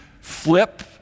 flip